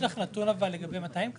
יש לך נתון לגבי מתי הם קנו?